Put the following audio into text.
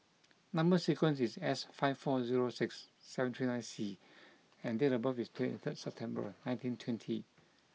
number sequence is S five four zero six seven three nine C and date of birth is twenty third September nineteen twenty